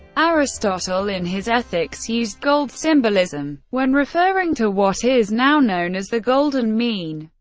aristotle in his ethics used gold symbolism when referring to what is now known as the golden mean.